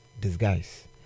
disguise